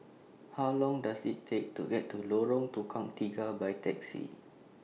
How Long Does IT Take to get to Lorong Tukang Tiga By Taxi